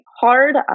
hard